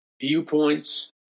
viewpoints